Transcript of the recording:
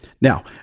Now